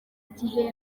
gihe